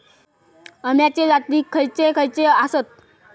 अम्याचे जाती खयचे खयचे आसत?